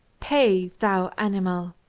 pay, thou animal,